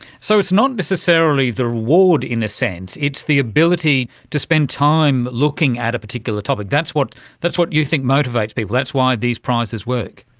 so it's not necessarily the reward, in a sense, it's the ability to spend time looking at a particular topic, that's what that's what you think motivates people, that's why these prizes work.